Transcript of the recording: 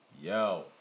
Yo